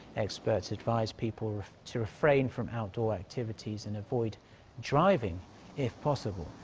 experts advise people to refrain from outdoor activities and avoid driving if possible.